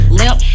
limp